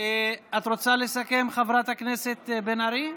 את רוצה לסכם, חברת הכנסת בן ארי?